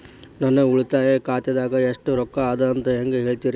ನನ್ನ ಉಳಿತಾಯ ಖಾತಾದಾಗ ಎಷ್ಟ ರೊಕ್ಕ ಅದ ಅಂತ ಹೇಳ್ತೇರಿ?